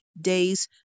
days